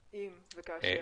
אם וכאשר,